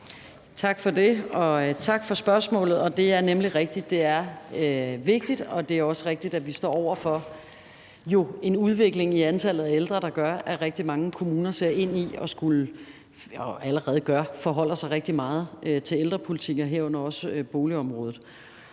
Tak for det. Og tak for spørgsmålet, for det er nemlig rigtigt, at det er vigtigt, og det er også rigtigt, at vi jo står over for en udvikling i antallet af ældre, der gør, at rigtig mange kommuner ser ind i at skulle – og allerede gør det – forholde sig rigtig meget til ældrepolitik, herunder også på boligområdet.